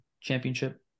championship